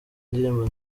indirimbo